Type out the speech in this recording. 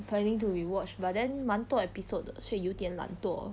planning to rewatch but then 蛮多 episode 的所以有点懒惰